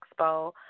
expo